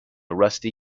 rusty